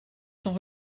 sont